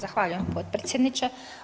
Zahvaljujem potpredsjedniče.